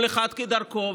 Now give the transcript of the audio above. כל אחד בדרכו,